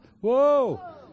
Whoa